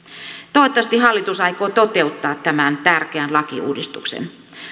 toivottavasti hallitus aikoo toteuttaa tämän tärkeän lakiuudistuksen